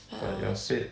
but you're paid